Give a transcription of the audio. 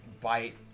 bite